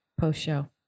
post-show